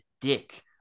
dick